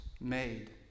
made